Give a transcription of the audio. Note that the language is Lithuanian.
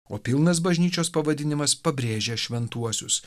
o pilnas bažnyčios pavadinimas pabrėžia šventuosius